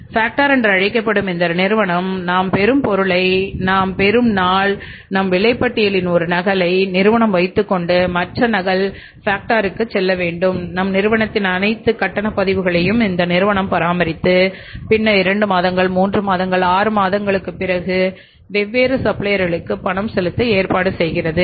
factor செல்ல வேண்டும் நம் நிறுவனத்தின் அனைத்து கட்டண பதிவுகளையும் இந்த நிறுவனம் பராமரித்து பின்னர் 2 மாதங்கள் 3 மாதங்கள் 6 மாதங்களுக்குப் பிறகு வெவ்வேறு சப்ளையர்ளுக்கு பணம் செலுத்த ஏற்பாடு செய்கிறது